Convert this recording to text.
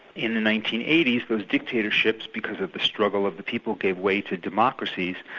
in the nineteen eighty s those dictatorships because of the struggle of the people, gave way to democracies,